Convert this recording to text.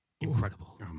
incredible